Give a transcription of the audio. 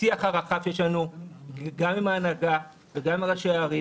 השיח הרחב שיש לנו גם עם ההנהגה וגם עם ראשי הערים